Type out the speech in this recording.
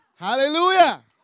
Hallelujah